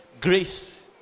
grace